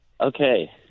Okay